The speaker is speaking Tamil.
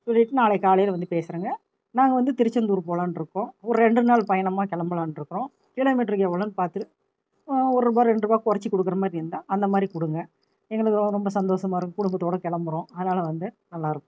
ஒரு எட்டு நாளைக்கு காலையில் வந்து பேசுறேங்க நாங்கள் வந்து திருச்செந்தூர் போலான்ட் இருக்கோம் ஒரு ரெண்டு நாள் பயணமாக கிளம்பலான்ட்ருக்குறோம் கிலோமீட்டருக்கு எவ்வளோன்னு பார்த்துட்டு ஒருபா ரெண்ட்ருவா குறச்சி கொடுக்கற மாதிரி இருந்தா அந்தமாதிரி கொடுங்க எங்களுக்கும் ரொம்ப சந்தோஷமாக இருக்கும் குடும்பத்தோட கிளம்புறோம் அதனால் வந்து நல்லா இருக்கும்